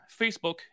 Facebook